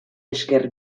esker